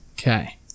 Okay